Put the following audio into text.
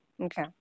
Okay